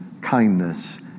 kindness